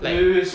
like